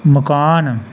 मकान